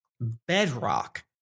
bedrock